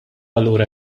allura